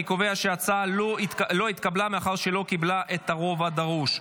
אני קובע שההצעה לא התקבלה מאחר שלא קיבלה את הרוב הדרוש.